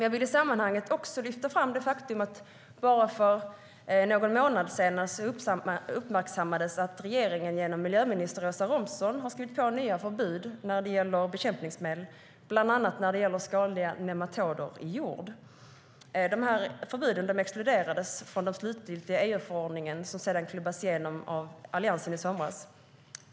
Jag vill i sammanhanget lyfta fram det faktum att bara för någon månad sedan uppmärksammades att regeringen genom miljöminister Åsa Romson har skrivit på nya förbud när det gäller bekämpningsmedel, bland annat i fråga om skadliga nematoder i jord. Dessa förbud exkluderades från den slutgiltiga EU-förordning som klubbades igenom av Alliansen i somras.